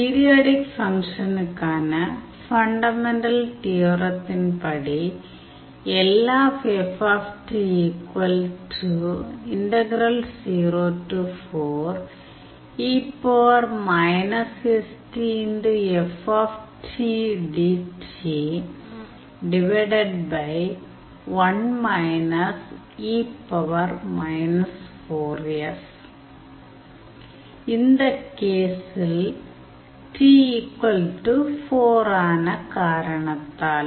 periodic ஃபங்க்ஷனுக்கான fundamental தியோரத்தின் படி இந்த கேஸில் T 4 ஆன காரணத்தால்